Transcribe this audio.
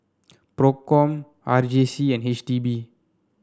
Procom R J C and H D B